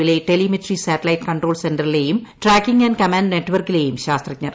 യിലെ telemetry satellite control സെൻറിലെയും tracking and command നെറ്റ്വർക്കിലെയും ശാസ്ത്രജ്ഞർ